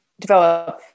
develop